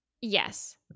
Yes